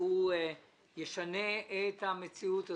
שהוא ישנה את המציאות הזאת.